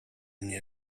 mnie